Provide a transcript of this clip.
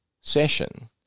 session